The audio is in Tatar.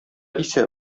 исә